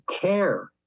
care